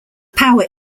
power